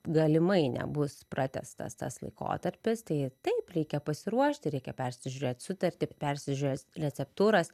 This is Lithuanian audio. galimai nebus pratęstas tas laikotarpis tai taip reikia pasiruošti reikia persižiūrėt sutartį persižiūrės receptūras